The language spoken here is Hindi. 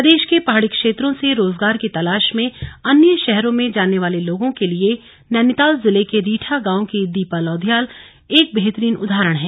प्रदेश के पहाड़ी क्षेत्रों से रोजगार की तलाश में अन्य शहरों में जाने वाले लोगों के लिए नैनीताल जिले के रीठा गांव की दीपा लोधियाल एक बेहतरीन उदाहरण हैं